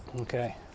Okay